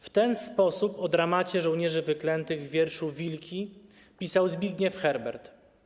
W ten sposób o dramacie żołnierzy wyklętych w wierszu „Wilki” pisał Zbigniew Herbert.